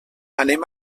anem